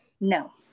No